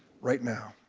right now,